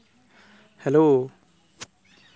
hello